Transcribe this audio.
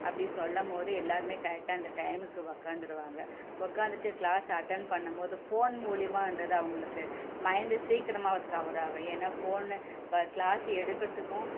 அப்படி சொல்லும் போதே எல்லாரும் கரெக்டாக இந்த டைமுக்கு உட்காந்துருவாங்க உட்காந்துட்டு க்ளாஸ் அட்டெண்ட் பண்ணும் போது ஃபோன் மூலிமான்றது அவங்களுக்கு மைண்டு சீக்கிரமாக அது கவர் ஆகும் ஏன்னால் ஃபோன்னு வே க்ளாஸ் எடுக்கிறதுக்கும்